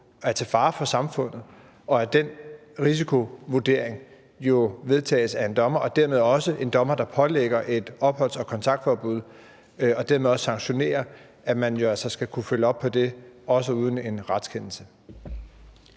er til fare for samfundet; og at den risikovurdering jo foretages af en dommer, og at det dermed også er en dommer, der pålægger et opholds- og kontaktforbud, og som dermed også sanktionerer, at man altså skal kunne følge op på det, også uden en retskendelse.